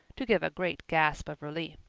to give a great gasp of relief.